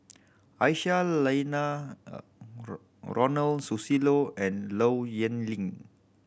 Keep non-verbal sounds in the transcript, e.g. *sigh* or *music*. Aisyah Lyana *unintelligible* Ronald Susilo and Low Yen Ling